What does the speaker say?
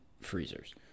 freezers